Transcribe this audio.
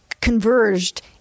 converged